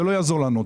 זה לא יעזור לנו.